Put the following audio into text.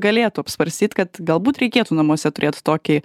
galėtų apsvarstyt kad galbūt reikėtų namuose turėt tokį